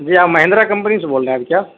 جی آپ مہندرا کمپنی سے بول رہے ہیں آپ کیا